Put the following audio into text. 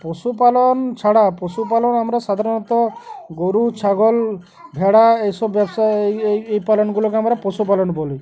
পশুপালন ছাড়া পশুপালন আমরা সাধারণত গরু ছাগল ভেড়া এই সব ব্যবসা এই এই এই পালনগুলোকে আমরা পশুপালন বলি